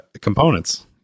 components